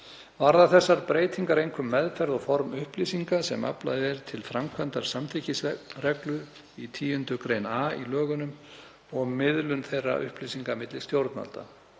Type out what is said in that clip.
Varða þessar breytingar einkum meðferð og form upplýsinga sem aflað er til framkvæmdar samþykkisreglu í 10. gr. a í lögunum og miðlun þeirra upplýsinga milli stjórnvalda.